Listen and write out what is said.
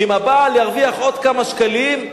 אם הבעל ירוויח עוד כמה שקלים,